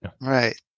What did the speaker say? right